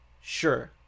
sure